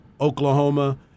oklahoma